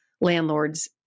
landlords